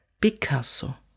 Picasso